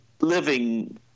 living